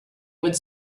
would